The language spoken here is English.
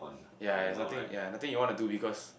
ya there's nothing ya nothing you want to do because